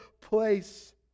place